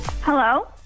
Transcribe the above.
Hello